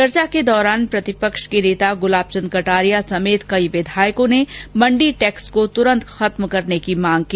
चर्चा के दौरान प्रतिपक्ष के नेता गुलाब चंद कटारिया समेत कई विधायकों ने मंडी टैक्स को तूरंत खत्म करने की मांग की